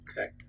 Okay